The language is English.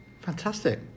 Fantastic